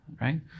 right